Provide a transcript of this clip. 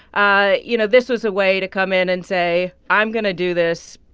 ah you know, this was a way to come in and say, i'm going to do this.